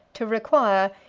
to require,